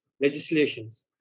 legislations